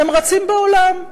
הם רצים בעולם,